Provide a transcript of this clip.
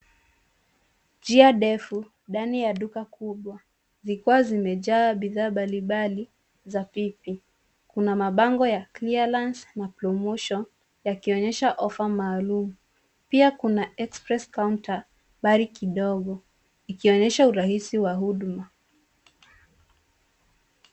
Njia ndefu ndani ya duka kubwa zikiwa zimejaa bidhaa mbalimbali za pipi. Kuna mabango ya[cs ] clearance [cs ] na [cs ] promotions [cs ] yakionyesha [cs ] offer[cs ] maalum. Kuna[cs ] express counter [cs ] mbali kidogo ikionyesha urahisi wa huduma.